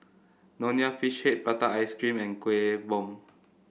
Nonya Fish Head Prata Ice Cream and Kueh Bom